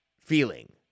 feeling